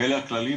ואלה הכללים,